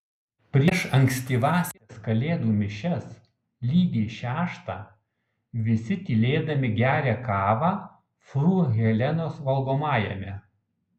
prieš ankstyvąsias kalėdų mišias lygiai šeštą visi tylėdami geria kavą fru helenos valgomajame